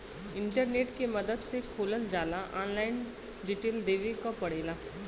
internet के मदद से खोलल जाला ऑनलाइन डिटेल देवे क पड़ेला